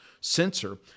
sensor